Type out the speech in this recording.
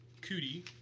Cootie